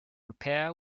repair